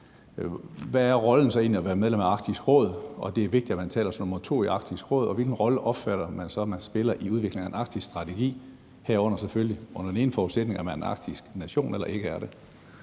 hvorfor så være medlem af Arktisk Råd, og hvorfor er det vigtigt, at man taler som nummer to i Arktisk Råd? Og hvilken rolle opfatter man så man spiller i udviklingen af en arktisk strategi? Det er selvfølgelig, alt efter om man er en arktisk nation eller ikke er det.